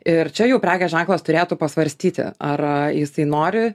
ir čia jau prekės ženklas turėtų pasvarstyti ar jisai nori